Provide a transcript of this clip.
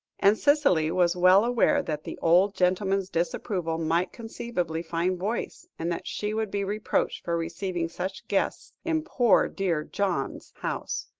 and cicely was well aware that the old gentleman's disapproval might conceivably find voice, and that she would be reproached for receiving such guests in poor dear john's house.